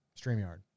StreamYard